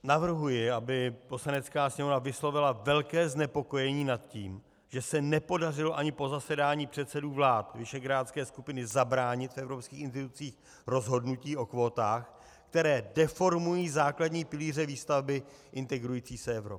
Navrhuji, aby Poslanecká sněmovna vyslovila velké znepokojení nad tím, že se nepodařilo ani po zasedání předsedů vlád visegrádské skupiny zabránit v evropských institucích rozhodnutí o kvótách, které deformují základní pilíře výstavby integrující se Evropy.